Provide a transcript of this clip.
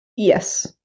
Yes